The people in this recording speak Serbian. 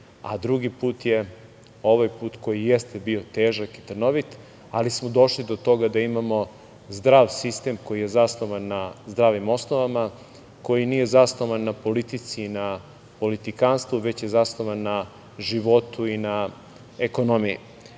a drugi put je ovaj put koji jeste bio težak i trnovit, ali smo došli do toga da imamo zdrav sistem koji je zasnovan na zdravim osnovama, koji nije zasnovan na politici i na politikanstvu, već je zasnovan na životu i na ekonomiji. Kada